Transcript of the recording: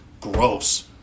Gross